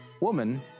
woman